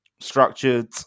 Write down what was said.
structured